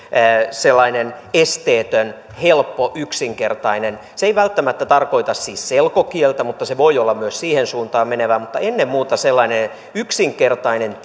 sellainen esteetön helppo yksinkertainen tie se ei välttämättä tarkoita siis selkokieltä mutta se voi olla myös siihen suuntaan menevä mutta ennen muuta sellainen yksinkertainen